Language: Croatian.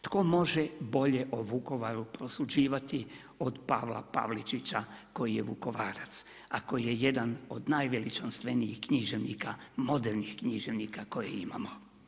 Tko može bolje o Vukovaru prosuđivati od Pavla Pavličića, koji je Vukovarac, a koji je jedan od najveličanstvenijih književnika, modernih književnika koje imamo.